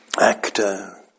actor